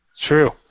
True